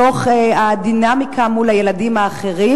תוך הדינמיקה מול הילדים האחרים.